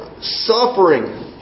suffering